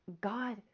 God